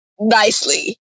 nicely